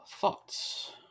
thoughts